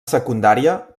secundària